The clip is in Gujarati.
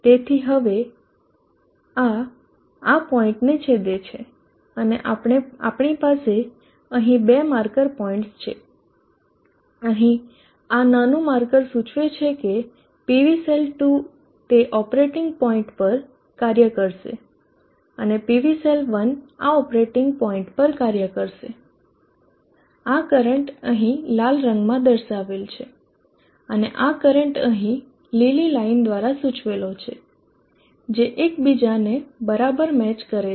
તેથી હવે આ આ પોઈન્ટને છેદે છે અને આપણી પાસે અહીં બે માર્કર પોઈન્ટસ છે અહીં આ નાનું માર્કર સૂચવે છે કે PV સેલ 2 તે ઓપરેટિંગ પોઇન્ટ પર કાર્ય કરશે અને PV સેલ 1 આ ઓપરેટિંગ પોઇન્ટ પર કાર્ય કરશે આ કરંટ અહીં લાલ રંગમાં દર્શાવેલ છે અને આ કરંટ અહીં લીલી લાઈન દ્વારા સૂચવેલો છે જે એકબીજાને બરાબર મેચ કરે છે